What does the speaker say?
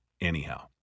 anyhow